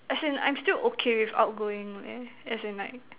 as in I'm still okay with outgoing as in like